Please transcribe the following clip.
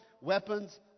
weapons